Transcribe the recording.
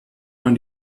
man